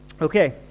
okay